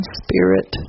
spirit